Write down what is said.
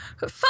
Fuck